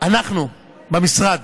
אנחנו במשרד